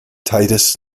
titus